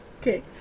Okay